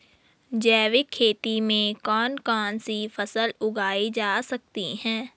जैविक खेती में कौन कौन सी फसल उगाई जा सकती है?